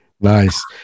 Nice